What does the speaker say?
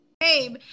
Babe